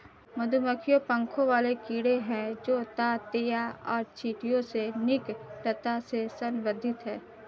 मधुमक्खियां पंखों वाले कीड़े हैं जो ततैया और चींटियों से निकटता से संबंधित हैं